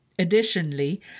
Additionally